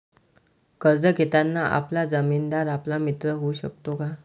कर्ज घेताना आपला जामीनदार आपला मित्र होऊ शकतो का?